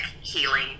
healing